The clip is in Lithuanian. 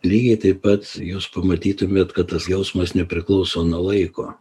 lygiai taip pat jūs pamatytumėt kad tas jausmas nepriklauso nuo laiko